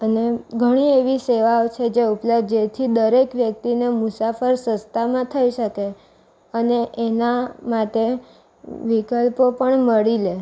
અને ઘણી એવી સેવાઓ છે જે ઉપલબ્ધ છે જેથી વ્યક્તિને મુસાફર સસ્તામાં થઈ શકે અને એના માટે વિકલ્પો પણ મળી રહે